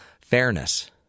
fairness